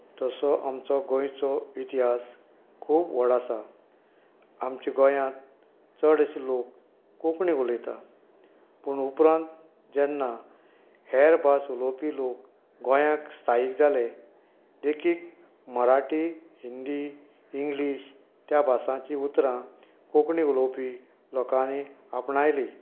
तसो आमचो गोंयचो इतिहास खूब व्हड आसा आमचे गोंयांत चडशे लोक कोंकणी उलयतात पूण उपरांत जेन्ना हेर भास उलोवपी लोक गोंयाक स्थायीक जाले देखीक मराठी हिंदी इंग्लीश त्या भासाचीं उतरां कोंकणी उलोवपी लोकांनी आपणायलीं